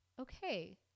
okay